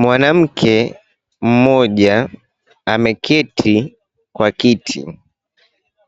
Mwanamke mmoja ameketi kwa kiti.